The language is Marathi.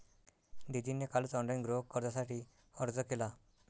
दीदीने कालच ऑनलाइन गृहकर्जासाठी अर्ज केला